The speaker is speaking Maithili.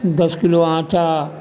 दस किलो आटा